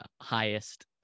highest